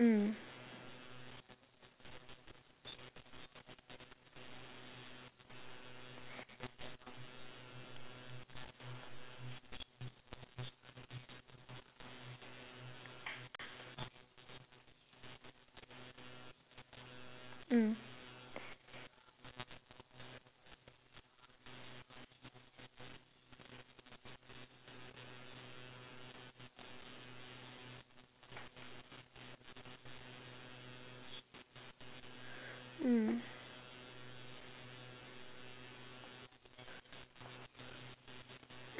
mm mm